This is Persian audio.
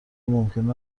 ممکن